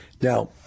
Now